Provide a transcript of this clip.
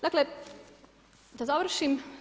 Dakle da završim.